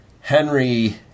Henry